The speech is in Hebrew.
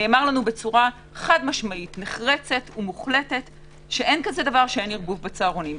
נאמר לנו בצורה חד משמעית ומוחלטת שאין כזה דבר שעושים ערבוב בצהרונים.